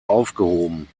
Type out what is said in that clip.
aufgehoben